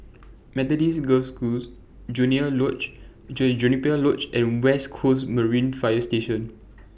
Methodist Girls' School Junior Lodge Juniper Lodge and West Coast Marine Fire Station